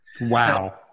Wow